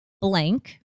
blank